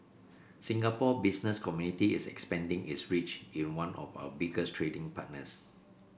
Singapore business community is expanding its reach in one of our biggest trading partners